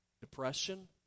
depression